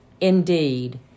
Indeed